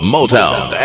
Motown